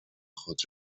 خود